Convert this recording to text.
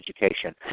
education